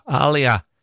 Alia